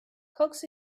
coax